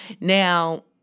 Now